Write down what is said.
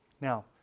Now